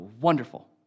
wonderful